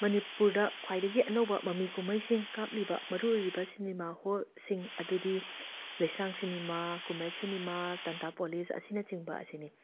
ꯃꯅꯤꯄꯨꯔꯗ ꯈ꯭ꯋꯥꯏꯗꯒꯤ ꯑꯅꯧꯕ ꯃꯃꯤ ꯀꯨꯝꯍꯩꯁꯤꯡ ꯀꯥꯞꯂꯤꯕ ꯃꯔꯨ ꯑꯣꯏꯔꯤꯕ ꯁꯤꯅꯤꯃꯥ ꯍꯣꯜꯁꯤꯡ ꯑꯗꯨꯗꯤ ꯂꯩꯁꯥꯡ ꯁꯤꯅꯤꯃꯥ ꯀꯨꯃꯦꯛ ꯁꯤꯅꯤꯃꯥ ꯇꯥꯟꯊꯥꯄꯣꯂꯤꯁ ꯑꯁꯤꯅꯆꯤꯡꯕ ꯑꯁꯤꯅꯤ